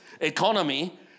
economy